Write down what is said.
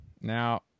now